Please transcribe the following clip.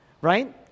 right